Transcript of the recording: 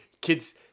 kids